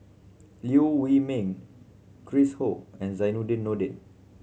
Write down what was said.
Liew Wee Mee Chris Ho and Zainudin Nordin